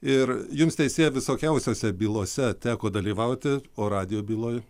ir jums teisėja visokiausiose bylose teko dalyvauti o radijo byloj